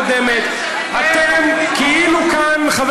אתם, ידידיי, אתם אנשים